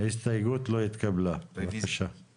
בסבב החדש, כן.